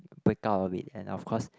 break out of it and of course